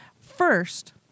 First